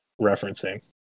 referencing